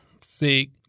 sick